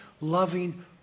loving